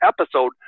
episode